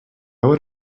would